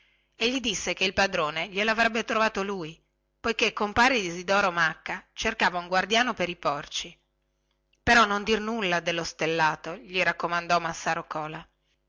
e gli disse che il padrone glielo avrebbe trovato lui poichè compare isidoro macca cercava un guardiano per i porci però non dir nulla dello stellato gli raccomandò massaro cola